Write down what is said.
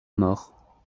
mort